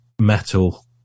metal